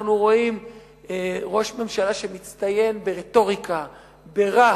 אנחנו רואים ראש ממשלה שמצטיין ברטוריקה, ברהב,